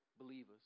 believers